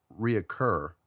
reoccur